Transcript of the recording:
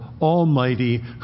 almighty